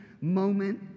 moment